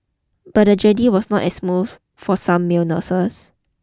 but the journey was not as smooth for some male nurses